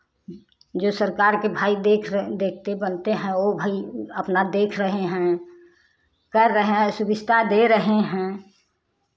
जो सरकार के भाई देख र् देखते बनते हैं वो भाई अपना देख रहे हैं कर रहे हैं सुविधा दे रहे हैं